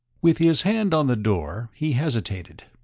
with his hand on the door, he hesitated.